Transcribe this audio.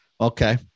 Okay